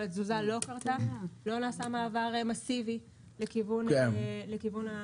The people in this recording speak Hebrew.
אבל התזוזה לא קרתה ולא נעשה מעבר מאסיבי לכיוון הפריפריה.